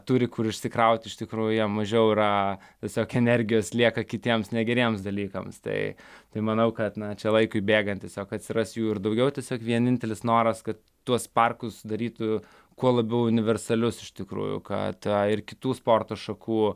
turi kur išsikrauti iš tikrųjų jie mažiau yra tiesiog energijos lieka kitiems negeriems dalykams tai tai manau kad na čia laikui bėgant tiesiog atsiras jų ir daugiau tiesiog vienintelis noras kad tuos parkus darytų kuo labiau universalius iš tikrųjų ką tą ir kitų sporto šakų